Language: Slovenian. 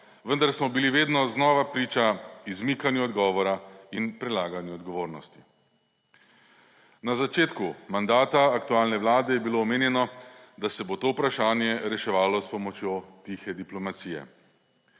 vendar smo bili vedno znova priča izmikanju odgovora in prelaganju odgovornosti. Na začetku mandata aktualne vlade je bilo omenjeno, da se bo to vprašanje reševalo s pomočjo tihe diplomacije.